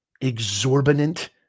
exorbitant